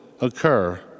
occur